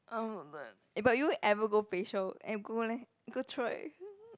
uh but you ever go facial eh go leh go try